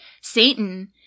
Satan